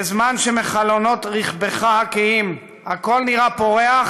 בזמן שמחלונות רכבך הכהים הכול נראה פורח,